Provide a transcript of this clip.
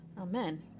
Amen